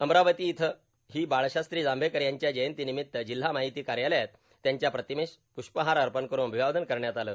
अमरावती इथं ही बाळशास्त्री जांभेकर यांच्या जयंतीनिमित्त जिल्हा माहिती कार्यालयात त्यांच्या प्रतिमेस पृष्पहार अर्पण करून अभिवादन करण्यात आलं